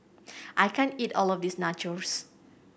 I can't eat all of this Nachos